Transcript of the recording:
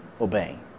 obeying